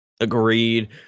Agreed